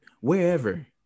wherever